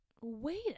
wait